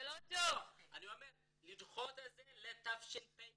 לפחות לדחות בשנת לימודים נוספת,